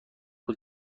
بود